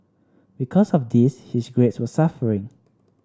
because of this his grades were suffering